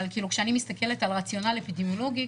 אבל כשאני מתסכלת על רציונל אפידמיולוגי,